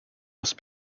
must